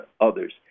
others